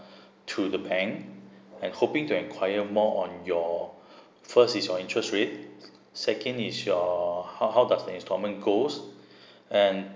to the bank and hoping to inquire more on your first is your interest rate second is your how how does the installment goes and